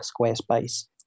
Squarespace